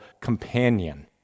companion